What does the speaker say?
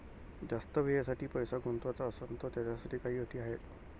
जास्त वेळेसाठी पैसा गुंतवाचा असनं त त्याच्यासाठी काही अटी हाय?